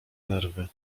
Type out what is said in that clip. nerwy